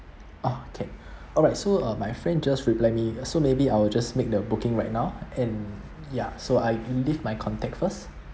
orh okay alright so uh my friend just reply me so maybe I will just make the booking right now and ya so I leave my contact first